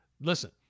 listen